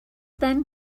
then